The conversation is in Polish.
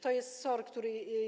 To jest SOR, który.